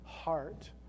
heart